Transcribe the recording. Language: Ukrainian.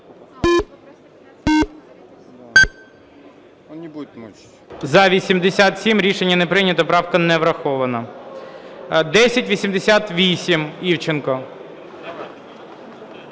За-87 Рішення не прийнято. Правка не врахована. 1088. Івченко.